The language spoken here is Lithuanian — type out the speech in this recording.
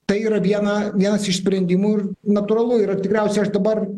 tai yra viena vienas iš sprendimų ir natūralu ir tikriausiai aš dabar